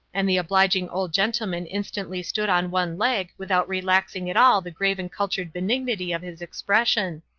and the obliging old gentleman instantly stood on one leg without relaxing at all the grave and cultured benignity of his expression.